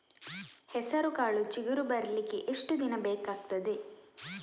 ಹೆಸರುಕಾಳು ಚಿಗುರು ಬರ್ಲಿಕ್ಕೆ ಎಷ್ಟು ದಿನ ಬೇಕಗ್ತಾದೆ?